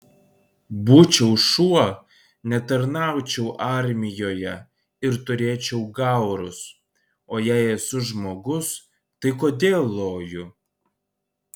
būčiau šuo netarnaučiau armijoje ir turėčiau gaurus o jei esu žmogus tai kodėl loju